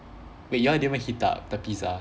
wait you all didn't even heat up the pizza